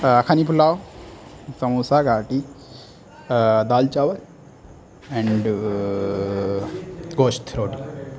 یخنی پلاؤ سموسا گاٹی دال چاول اینڈ گوشت روٹی